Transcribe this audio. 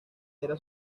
era